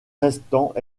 restant